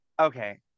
okay